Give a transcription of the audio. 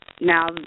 Now